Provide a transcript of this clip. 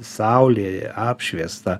saulėje apšviesta